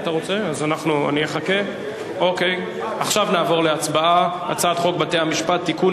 ההצעה להעביר את הצעת חוק בתי-המשפט (תיקון,